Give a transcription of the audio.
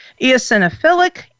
eosinophilic